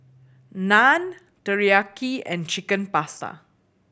Naan Teriyaki and Chicken Pasta